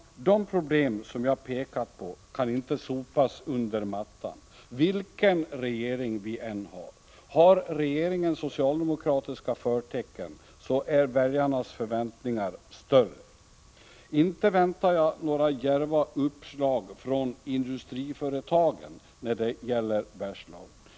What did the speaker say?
De problem jag pekat på kan inte sopas under mattan, oavsett vilken regering vi har. Har regeringen socialdemokratiska förtecken är väljarnas förväntningar större. Inte väntar jag några djärva uppslag från industriföretagen när det gäller Bergslagen.